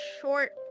short